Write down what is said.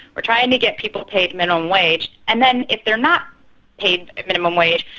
we're trying to get people paid minimum wage. and then if they are not paid minimum wage,